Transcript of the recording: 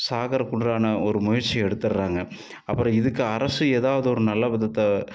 சாகிறக்குள்றான ஒரு முயற்சியை எடுத்துடுறாங்க அப்புறம் இதுக்கு அரசு ஏதாவது ஒரு நல்ல விதத்தை